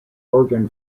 organ